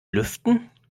lüften